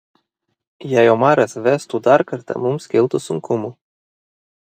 jei omaras vestų dar kartą mums kiltų sunkumų